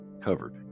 covered